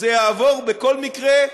זה יעבור בכל מקרה.